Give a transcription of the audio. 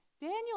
Daniel